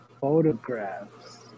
photographs